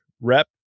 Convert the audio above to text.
Rep